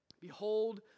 Behold